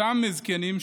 אותם זקנים,